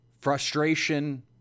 frustration